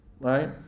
right